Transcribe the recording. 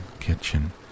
kitchen